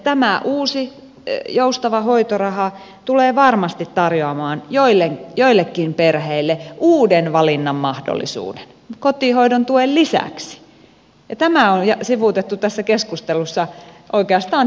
tämä uusi joustava hoitoraha tulee varmasti tarjoamaan joillekin perheille uuden valinnanmahdollisuuden kotihoidon tuen lisäksi ja tämä on sivuutettu tässä keskustelussa oikeastaan täydellisesti